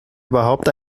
überhaupt